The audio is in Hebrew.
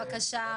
בבקשה,